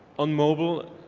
on mobile,